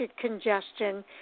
congestion